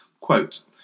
quote